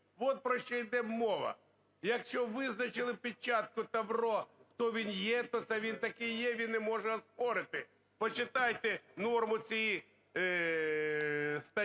От про що іде мова. Якщо визначили печатку, тавро, то він є, то це він такий є, він не може оспорити. Почитайте норму статті